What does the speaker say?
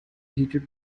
heated